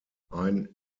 ein